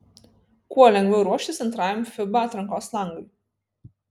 kuo lengviau ruoštis antrajam fiba atrankos langui